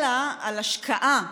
אלא על השקעה,